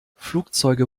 flugzeuge